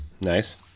nice